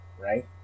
right